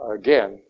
again